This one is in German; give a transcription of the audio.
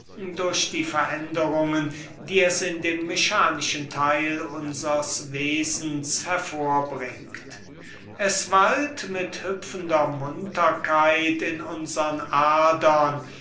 durch die veränderungen die es in dem mechanischen teil unsers wesens hervorbringt es wallt mit hüpfender munterkeit in unsern adern